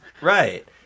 Right